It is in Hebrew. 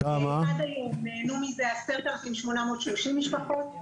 עד היום נהנו מזה 10,830 משפחות.